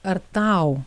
ar tau